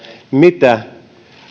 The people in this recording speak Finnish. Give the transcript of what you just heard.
mitä